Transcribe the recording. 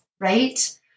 right